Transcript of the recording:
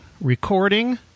recording